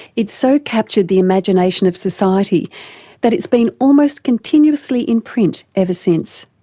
it so captured the imagination of society that it's been almost continuously in print ever since.